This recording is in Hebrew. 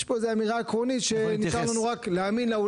יש כאן אמירה עקרונית שנשאר לנו רק להאמין לה,